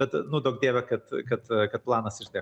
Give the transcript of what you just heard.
bet nu duok dieve kad kad kad planas išdegtų